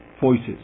voices